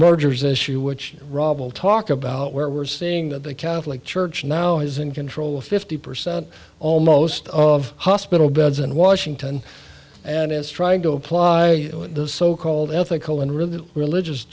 mergers issue which rob will talk about where we're seeing that the catholic church now is in control of fifty percent almost of hospital beds in washington and it's trying to apply the so called ethical and really religious